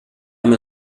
amb